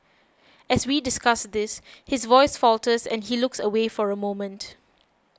as we discuss this his voice falters and he looks away for a moment